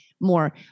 more